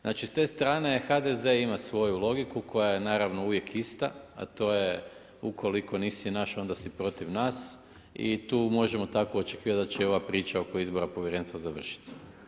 Znači s te strane HDZ ima svoju logiku koja je naravno uvijek ista a to je ukoliko nisi naš, onda si protiv nas i tu možemo tako očekivati da će i ova priča oko izbora povjerenstva završiti.